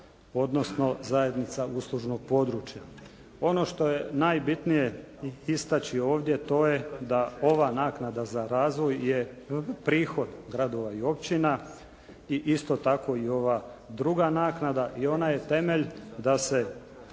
odnosno zajednica uslužnog područja. Ono što je najbitnije istaći ovdje to je da ova naknada za razvoj je prihod gradova i općina i isto tako i ova druga naknada i ona je temelj da se povlače